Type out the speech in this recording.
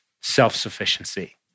self-sufficiency